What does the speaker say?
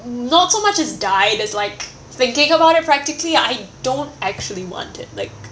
not so much as died as like thinking about it practically I don't actually want it like